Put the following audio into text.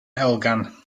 elgan